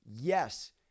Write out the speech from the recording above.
Yes